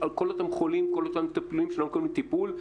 כל אותם מטופלים שלא מקבלים טיפול.